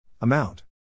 Amount